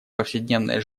повседневной